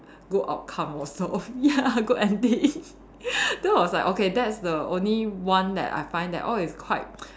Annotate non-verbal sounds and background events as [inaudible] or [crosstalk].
good outcome also ya [laughs] good ending [laughs] that was like okay that's the only one that I find that oh it's quite